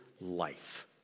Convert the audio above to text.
life